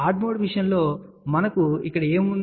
add mode విషయంలో మనకు ఇక్కడ ఏమి ఉంది